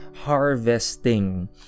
harvesting